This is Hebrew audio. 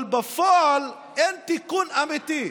אבל בפועל אין תיקון אמיתי.